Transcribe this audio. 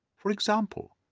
for example,